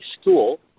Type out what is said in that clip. school